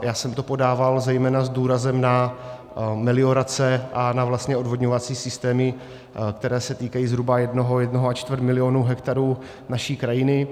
Já jsem to podával zejména s důrazem na meliorace a na vlastní odvodňovací systémy, které se týkají zhruba jednoho, jednoho a čtvrt milionu hektarů naší krajiny.